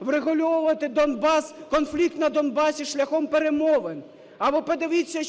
врегульовувати конфлікт на Донбасі шляхом перемовин. А ви подивіться,